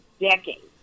decades